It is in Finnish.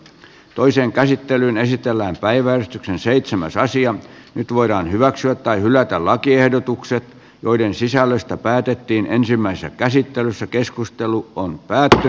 toiseen käsittelyyn esitellään päivä on seitsemäs asian nyt voidaan hyväksyä tai hylätä lakiehdotukset joiden sisällöstä päätettiin ensimmäisessä käsittelyssä keskustelu on päätetty